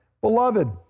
Beloved